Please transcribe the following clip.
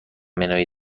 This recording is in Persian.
منوی